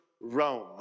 Rome